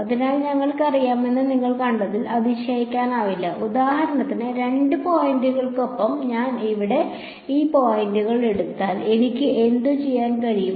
അതിനാൽ ഞങ്ങൾക്കറിയാമെന്ന് നിങ്ങൾ കണ്ടതിൽ അതിശയിക്കാനില്ല ഉദാഹരണത്തിന് രണ്ട് പോയിന്റുകൾക്കൊപ്പം ഞാൻ ഇവിടെ രണ്ട് പോയിന്റുകൾ എടുത്താൽ എനിക്ക് എന്തുചെയ്യാൻ കഴിയും